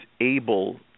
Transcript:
able